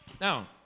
Now